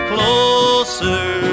Closer